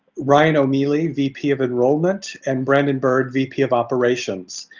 ryan o'mealey vp of enrollment, and brandon bird, vp of operations,